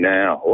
now